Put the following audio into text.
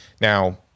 Now